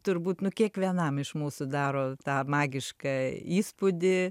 turbūt nu kiekvienam iš mūsų daro tą magišką įspūdį